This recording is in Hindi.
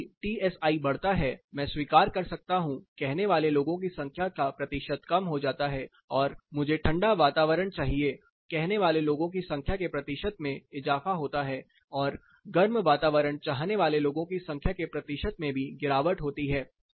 जैसे ही टीएसआई बढ़ता है "मैं स्वीकार कर सकता हूं" कहने वाले लोगों की संख्या का प्रतिशत कम हो जाता है और " मुझे ठंडा वातावरण चाहिए" कहने वाले लोगों की संख्या के प्रतिशत में इजाफा होता है और गर्म वातावरण चाहने वाले लोगों संख्या के प्रतिशत में भी गिरावट होती है